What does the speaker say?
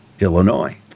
Illinois